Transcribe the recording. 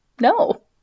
No